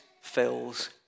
fills